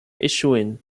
issuing